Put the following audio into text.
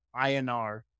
inr